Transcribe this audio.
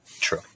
True